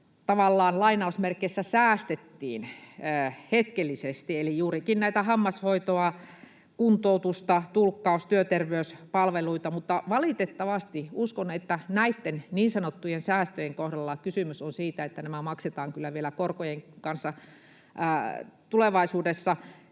tavallaan ”säästettiin” hetkellisesti, eli juurikin näissä hammashoidossa, kuntoutuksessa, tulkkaus- ja työterveyspalveluissa, mutta valitettavasti uskon, että näitten niin sanottujen säästöjen kohdalla kysymys on siitä, että nämä maksetaan kyllä vielä korkojen kanssa tulevaisuudessa